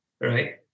right